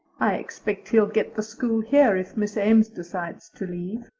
i expect he'll get the school here if miss ames decides to leave.